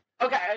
Okay